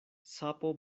sapo